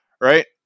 right